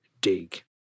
Dig